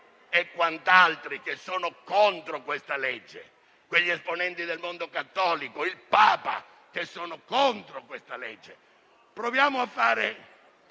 e quant'altro che sono contro questa legge, anche quegli esponenti del mondo cattolico, tra cui il Papa, che sono contro questa legge. Proviamo a fare